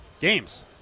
Games